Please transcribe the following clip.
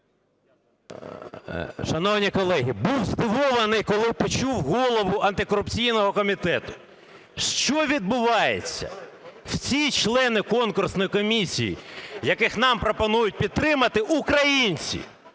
Шановні колеги, був здивований, коли почув голову антикорупційного комітету. Що відбувається? Всі члени конкурсної комісії, яких нам пропонують підтримати, – українці.